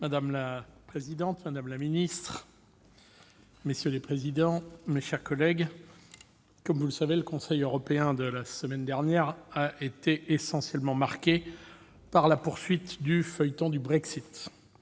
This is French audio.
Madame la présidente, madame la secrétaire d'État, messieurs les présidents de commission, mes chers collègues, comme vous le savez, le Conseil européen de la semaine dernière a été essentiellement marqué par la poursuite du feuilleton du Brexit.